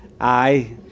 Aye